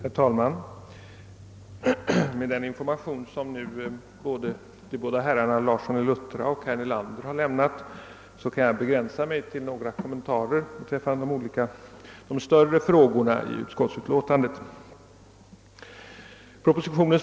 Herr talman! Med hänsyn till den information som herrar Larsson i Luttra och Nelander har lämnat kan jag begränsa mig till några kommentarer till de större frågorna i utskottsutlåtandet.